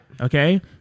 Okay